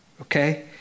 Okay